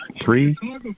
Three